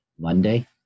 Monday